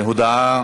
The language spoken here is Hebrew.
הודעה.